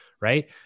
right